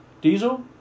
Diesel